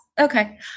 okay